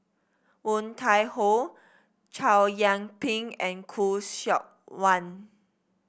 Woon Tai Ho Chow Yian Ping and Khoo Seok Wan